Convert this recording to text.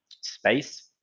space